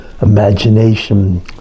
imagination